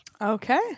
Okay